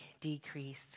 decrease